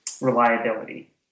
reliability